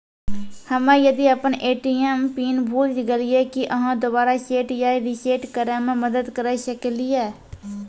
हम्मे यदि अपन ए.टी.एम पिन भूल गलियै, की आहाँ दोबारा सेट या रिसेट करैमे मदद करऽ सकलियै?